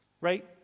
right